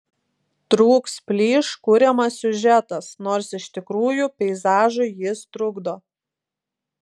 trūks plyš kuriamas siužetas nors iš tikrųjų peizažui jis trukdo